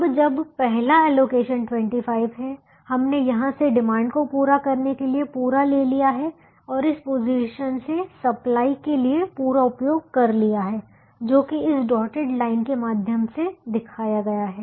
अब जब पहला एलोकेशन 25 है हमने यहां से डिमांड को पूरा करने के लिए पूरा ले लिया है और इस पोजीशन से सप्लाई के लिए पूरा उपयोग कर लिया है जो कि इस डॉटेड लाइन के माध्यम से दिखाया गया है